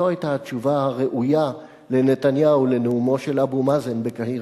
זו היתה התשובה הראויה לנתניהו על נאומו של אבו מאזן בקהיר.